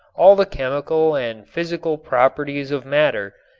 all the chemical and physical properties of matter,